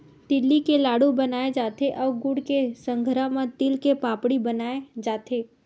तिली के लाडू बनाय जाथे अउ गुड़ के संघरा म तिल के पापड़ी बनाए जाथे